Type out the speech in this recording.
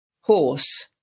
horse